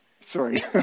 Sorry